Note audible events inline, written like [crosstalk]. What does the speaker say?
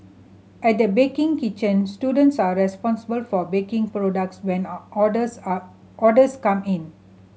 at the baking kitchen students are responsible for baking products when [unintelligible] orders are orders come in